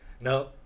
No